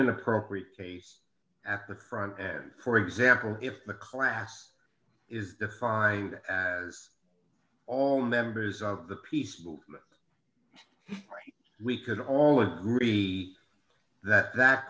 an appropriate way at the front end for example if the class is defined as all members of the peace movement we could all agree that that